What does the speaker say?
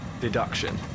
Deduction